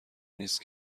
نیست